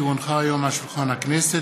כי הונחה היום על שולחן הכנסת,